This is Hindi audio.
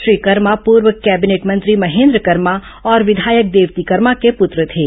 श्री कर्मा पूर्व कैबिनेट मंत्री महेन्द्र कर्मा और विघायक देवती कर्मा के पत्र थे